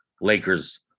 Lakers